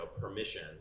permission